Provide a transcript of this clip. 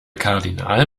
kardinal